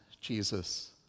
Jesus